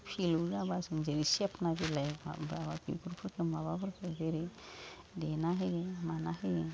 फिलौ जाबा जों जेरै सेफना बिलाइ बेफोरखौबो माबाफोरखो जेरै देना होयो माना होयो